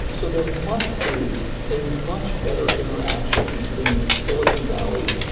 so there must be a much better interaction between silicon valley,